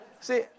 See